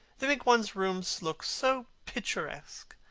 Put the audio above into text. they make one's rooms look so picturesque.